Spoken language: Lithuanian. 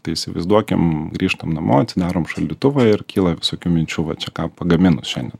tai įsivaizduokim grįžtam namo atsidarom šaldytuvą ir kyla visokių minčių va čia ką pagaminus šiandien